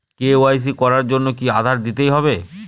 KYC করার জন্য কি আধার কার্ড দিতেই হবে?